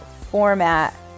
format